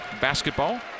basketball